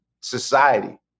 society